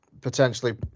potentially